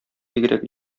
бигрәк